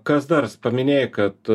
kas dar paminėjai kad